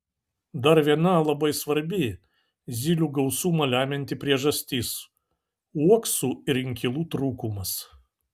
dar viena labai svarbi zylių gausumą lemianti priežastis uoksų ir inkilų trūkumas